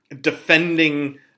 defending